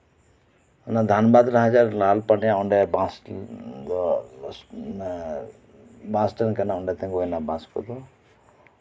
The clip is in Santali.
ᱫᱷᱟᱱᱵᱟᱫ ᱨᱮᱱᱟᱜ ᱞᱟᱞᱯᱟᱱᱤᱭᱟᱹ ᱢᱮᱱᱟᱜ ᱚᱱᱰᱮ ᱵᱟᱥ ᱥᱴᱮᱱᱰ ᱠᱟᱱᱟ ᱵᱟᱥ ᱛᱤᱸᱜᱩᱭᱱᱟ ᱵᱟᱥ ᱠᱚᱫᱚ